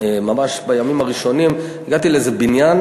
ממש בימים הראשונים הגעתי לאיזה בניין,